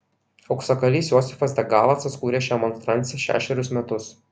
auksakalys josifas de galacas kūrė šią monstranciją šešerius metus